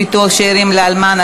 ביטוח שאירים לאלמן),